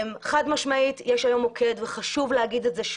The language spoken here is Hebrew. חד-משמעית, יש היום מוקד, וחשוב להגיד את זה.